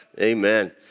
Amen